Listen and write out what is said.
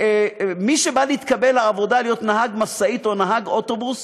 מי שהתקבל לעבודה להיות נהג משאית או נהג אוטובוס,